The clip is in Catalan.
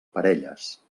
parelles